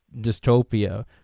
dystopia